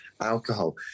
alcohol